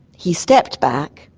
he stepped back,